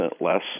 less